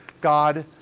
God